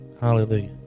hallelujah